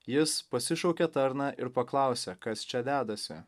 jis pasišaukė tarną ir paklausė kas čia dedasi